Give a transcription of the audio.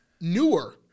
newer